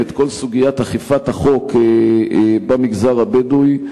את כל סוגיית אכיפת החוק במגזר הבדואי,